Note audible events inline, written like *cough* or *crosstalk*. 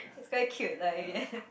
it's quite cute like *laughs*